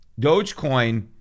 Dogecoin